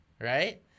Right